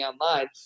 online